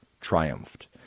triumphed